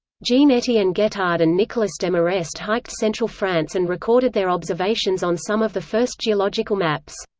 jean-etienne guettard and nicolas desmarest hiked central france and recorded their observations on some of the first geological maps.